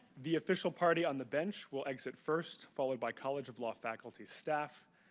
the official party on the bench will exit first, followed by college of law faculty, staff.